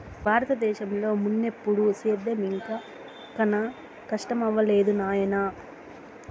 బారత దేశంలో మున్నెప్పుడూ సేద్యం ఇంత కనా కస్టమవ్వలేదు నాయనా